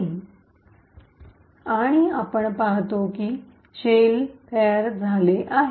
testcode आणि आपण पाहतो की शेल तयार झाले आहे